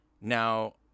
Now